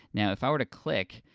now if i were to click,